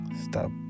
Stop